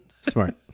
smart